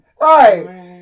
Right